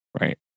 Right